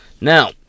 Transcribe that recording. Now